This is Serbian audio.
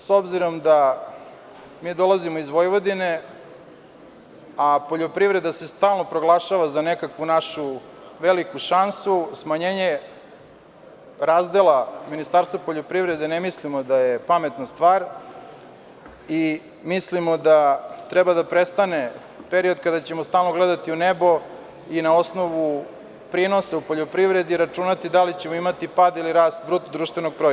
S obzirom da dolazim iz Vojvodine, a poljopirvreda se stalno proglašava za nekakvu našu veliku šansu, smanjenje razdela Ministarstva poljoprivrede ne mislimo da je pametna stvar, i mislimo da treba da prestane period kada ćemo stalno gledati u nebo i na osnovu prinosa u poljoprivredi računati da li ćemo imati pad ili rast BDP.